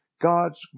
God's